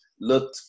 look